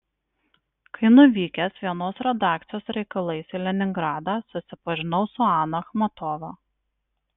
kai nuvykęs vienos redakcijos reikalais į leningradą susipažinau su ana achmatova